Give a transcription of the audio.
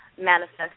manifest